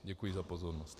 Děkuji za pozornost.